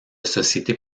sociétés